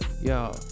Yo